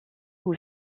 aux